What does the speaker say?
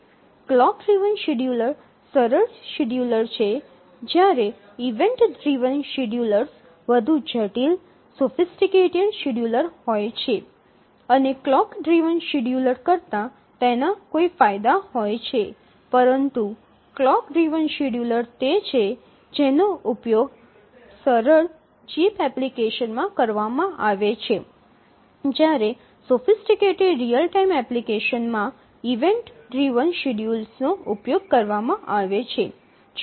clock driven schedulers સરળ scheduler છે જ્યારે ઇવેન્ટ ડ્રિવન શેડ્યુલર્સ વધુ જટિલ સોફિસટીકટેડ શેડ્યૂલર હોય છે અને ક્લોક ડ્રિવન શેડ્યૂલર કરતાં તેના કોઈ ફાયદા હોય છે પરંતુ ક્લોક ડ્રિવન શેડ્યૂલર તે છે જેનો ઉપયોગ સરળ ચિપ એપ્લિકેશનમાં કરવામાં આવે છે જ્યારે સોફિસટીકટેડ રીઅલ ટાઇમ એપ્લિકેશન માં ઇવેન્ટ ડ્રિવન શેડ્યુલર્સ નો ઉપયોગ થાય છે